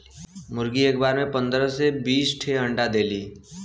मुरगी एक बार में पन्दरह से बीस ठे अंडा देली